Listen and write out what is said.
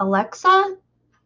alexa